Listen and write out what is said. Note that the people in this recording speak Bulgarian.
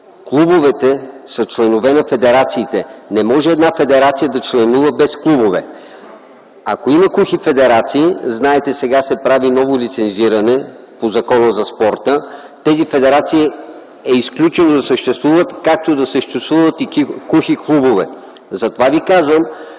клубовете са членове на федерациите. Не може една федерация да членува без клубове. Ако има кухи федерации - знаете, сега се прави ново лицензиране по Закона за спорта, изключено е те да съществуват, както да съществуват и кухи клубове. Затова Ви казвам,